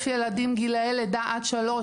אלף ילדים גילאי לידה עד גיל שלוש,